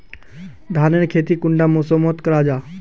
धानेर खेती कुंडा मौसम मोत करा जा?